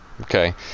Okay